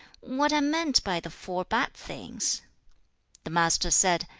what are meant by the four bad things the master said,